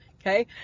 Okay